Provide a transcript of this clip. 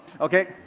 okay